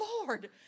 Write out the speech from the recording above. Lord